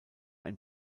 ein